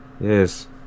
Yes